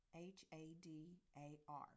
H-A-D-A-R